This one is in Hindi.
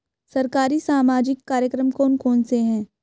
सरकारी सामाजिक कार्यक्रम कौन कौन से हैं?